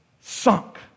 Sunk